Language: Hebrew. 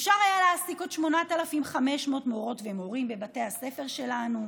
אפשר היה להעסיק עוד 8,500 מורות ומורים בבתי הספר שלנו,